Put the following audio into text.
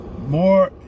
more